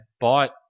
bought